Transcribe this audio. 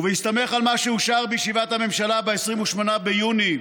ובהסתמך על מה שאושר בישיבת הממשלה ב-28 ביוני